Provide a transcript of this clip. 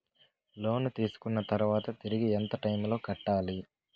లోను తీసుకున్న తర్వాత తిరిగి ఎంత టైములో కట్టాలి